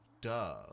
duh